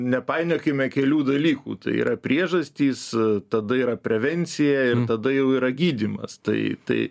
nepainiokime kelių dalykų tai yra priežastys tada yra prevencija ir tada jau yra gydymas tai tai